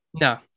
No